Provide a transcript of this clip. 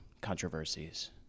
controversies